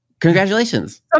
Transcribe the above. congratulations